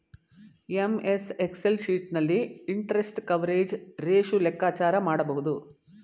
MS Excel sheet ನಲ್ಲಿ interest coverage ratio ಲೆಕ್ಕಾಚಾರ ಮಾಡಬಹುದು